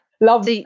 love